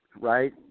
right